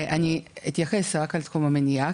אני אתייחס רק לתחום המניעה,